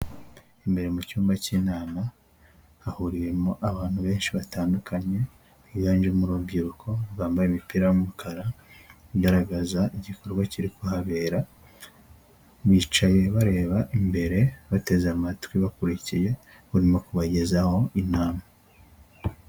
Imbere mu cyumba cy'inama hahuriyemo abantu benshi batandukanye, biganjemo urubyiruko bambaye imipira y'umukara igaragaza igikorwa kiri kuhabera bicaye bareba imbere, bateze amatwi bakurikiye urimo kubagezaho inama.